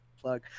plug